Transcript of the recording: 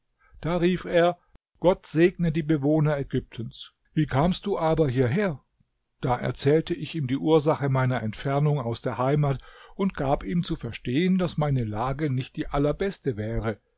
da rief er gott segne die bewohner ägyptens wie kamst du aber hierher da erzählte ich ihm die ursache meiner entfernung aus der heimat und gab ihm zu verstehen daß meine lage nicht die allerbeste wäre